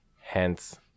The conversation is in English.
hence